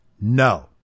No